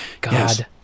God